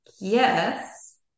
yes